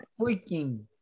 freaking